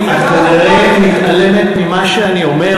את כנראה מתעלמת ממה שאני אומר.